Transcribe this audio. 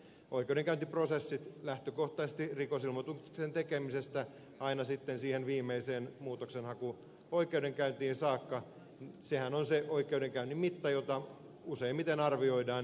oikeudenkäyntiprosessit lähtökohtaisesti rikosilmoituksen tekemisestä aina siihen viimeiseen muutoksenhakuoikeudenkäyntiin saakka ovat se oikeudenkäynnin mitta jota useimmiten arvioidaan